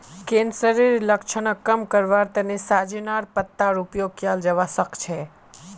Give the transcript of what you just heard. कैंसरेर लक्षणक कम करवार तने सजेनार पत्तार उपयोग कियाल जवा सक्छे